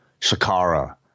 Shakara